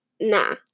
Nah